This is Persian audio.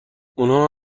اونها